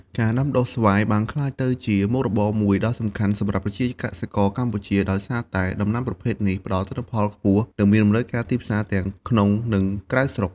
ការដាំដុះស្វាយបានក្លាយទៅជាមុខរបរមួយដ៏សំខាន់សម្រាប់ប្រជាកសិករកម្ពុជា ដោយសារតែដំណាំប្រភេទនេះផ្ដល់ទិន្នផលខ្ពស់ និងមានតម្រូវការទីផ្សារទាំងក្នុងនិងក្រៅស្រុក។